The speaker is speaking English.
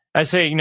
i say, you know